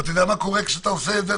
ואתה יודע מה קורה כשאתה עושה את זה,